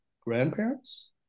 grandparents